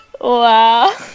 wow